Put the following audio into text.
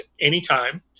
anytime